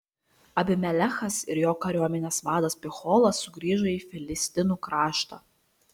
abimelechas ir jo kariuomenės vadas picholas sugrįžo į filistinų kraštą